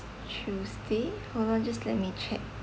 tuesday hold on just let me check